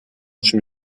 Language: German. schon